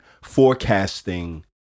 forecasting